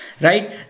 right